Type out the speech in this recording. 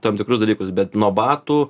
tam tikrus dalykus bet nuo batų